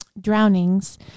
drownings